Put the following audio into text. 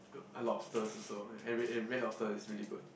a lobsters also and red and red lobster is really good